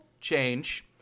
change